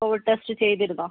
Covid test ചെയ്തിരുന്നോ